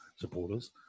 supporters